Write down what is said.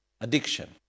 addiction